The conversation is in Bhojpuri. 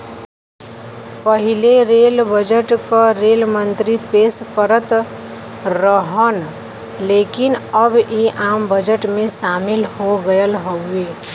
पहिले रेल बजट क रेल मंत्री पेश करत रहन लेकिन अब इ आम बजट में शामिल हो गयल हउवे